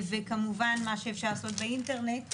וכמובן מה שאפשר לעשות באינטרנט.